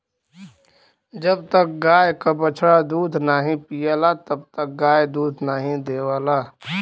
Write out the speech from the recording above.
जब तक गाय क बछड़ा दूध नाहीं पियला तब तक गाय दूध नाहीं देवला